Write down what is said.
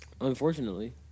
Unfortunately